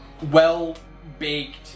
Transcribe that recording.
well-baked